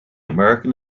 american